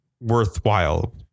worthwhile